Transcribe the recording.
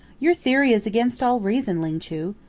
your theory is against all reason, ling chu.